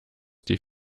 die